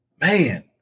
man